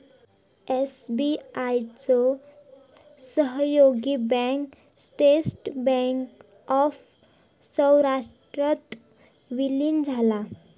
SBI चो सहयोगी bank state bank of सौराष्ट्रात विलीन झाला